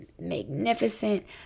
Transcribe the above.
magnificent